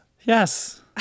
Yes